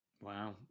Wow